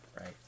Right